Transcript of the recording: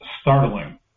startling